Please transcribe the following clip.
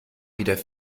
wieder